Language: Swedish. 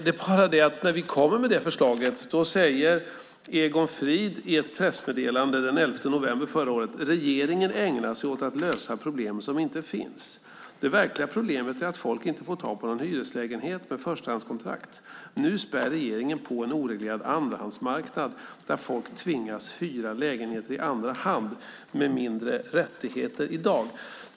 Men när vi kommer med det förslaget säger Egon Frid i ett pressmeddelande den 11 november förra året: Regeringen ägnar sig åt att lösa problem som inte finns. Det verkliga problemet är att folk inte får tag på någon hyreslägenhet med förstahandskontrakt. Nu spär regeringen på en oreglerad andrahandsmarknad där folk tvingas hyra lägenheter i andra hand med mindre rättigheter än i dag.